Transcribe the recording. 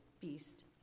beast